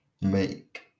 make